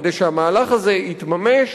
כדי שהמהלך הזה יתממש,